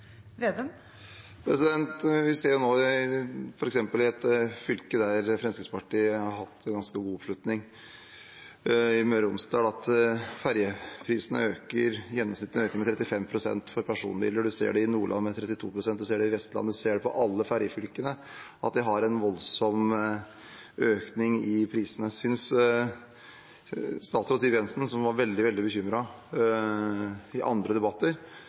Vi ser jo nå, f.eks. i et fylke der Fremskrittspartiet har hatt ganske god oppslutning, Møre og Romsdal, at ferjeprisene øker. Gjennomsnittet øker med 35 pst. for personbiler. En ser det i Nordland med 32 pst., en ser det i Vestland, en ser det i alle ferjefylkene, at de har en voldsom økning i prisene. Synes statsråd Siv Jensen, som har vært veldig, veldig bekymret i andre debatter